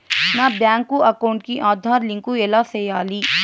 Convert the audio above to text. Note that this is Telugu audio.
నా బ్యాంకు అకౌంట్ కి ఆధార్ లింకు ఎలా సేయాలి